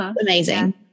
Amazing